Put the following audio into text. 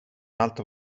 altro